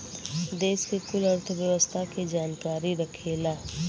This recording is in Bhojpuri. देस के कुल अर्थव्यवस्था के जानकारी रखेला